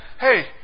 hey